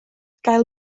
gael